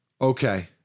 okay